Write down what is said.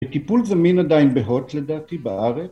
בטיפול זמין עדיין בהוט לדעתי בארץ